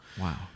Wow